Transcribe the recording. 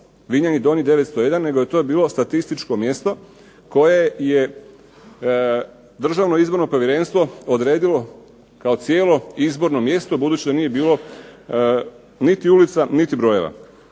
Vinjani Donji 901, nego to je bilo statističko mjesto koje je Državno izborno povjerenstvo odredilo kao cijelo izborno mjesto budući da nije bilo niti ulica, niti brojeva.